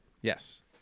Yes